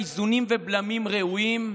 האם זו מערכת שיש בה איזונים ובלמים ראויים?